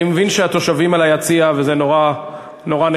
אני מבין שהתושבים ביציע וזה נורא נחמד.